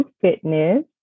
fitness